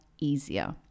easier